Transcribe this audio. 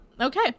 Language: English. Okay